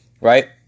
right